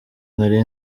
nari